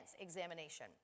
examination